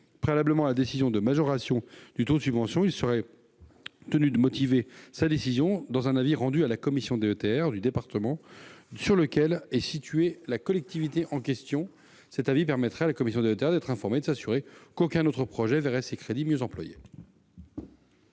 Préalablement à la décision de majoration du taux de subvention, il serait tenu de motiver sa décision dans un avis rendu à la commission DETR du département sur lequel est située la collectivité en question. Cet avis permettrait à la commission DETR d'être informée et de s'assurer qu'aucun autre projet ne verrait ces crédits mieux employés.